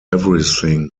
everything